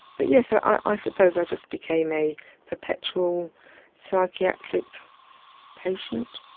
but yes, ah i suppose i just became a perpetual psychiatric patient.